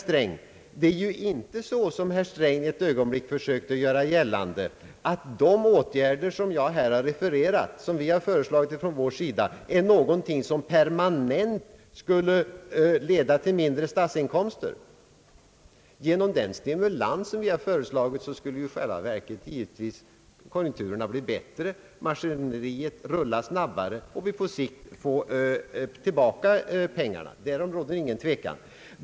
Det förhåller sig inte så, som herr Sträng ett ögonblick försökte göra gällande, att de åtgärder som vi har föreslagit och som jag har refererat är någonting som skulle leda till permanent mindre statsinkomster. Genom den stimulans som vi föreslagit skulle i själva verket konjunkturerna bli bättre, maskineriet rulla snabbare och vi på sikt givetvis få tillbaka pengarna. Därom råder ingen tvekan.